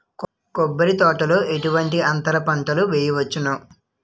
కొబ్బరి తోటలో ఎటువంటి అంతర పంటలు వేయవచ్చును?